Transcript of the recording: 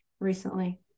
recently